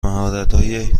مهارتهایی